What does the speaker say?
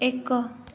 ଏକ